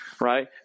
right